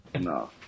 No